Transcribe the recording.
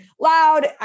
loud